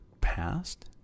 past